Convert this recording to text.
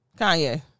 Kanye